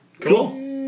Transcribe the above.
Cool